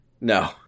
No